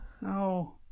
no